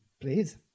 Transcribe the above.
Please